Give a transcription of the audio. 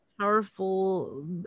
powerful